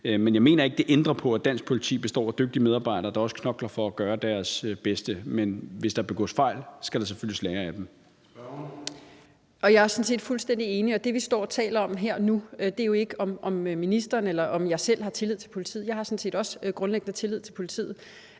dem. Jeg mener ikke, at det ændrer på, at dansk politi består af dygtige medarbejdere, der også knokler for at gøre deres bedste. Men hvis der begås fejl, skal der selvfølgelig læres af dem. Kl. 13:11 Formanden (Søren Gade): Spørgeren. Kl. 13:11 Mette Thiesen (DF): Jeg er sådan set fuldstændig enig, og det, vi står og taler om her og nu, er jo ikke, om ministeren eller jeg selv har tillid til politiet. Jeg har sådan set også grundlæggende tillid til politiet.